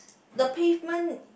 the pavement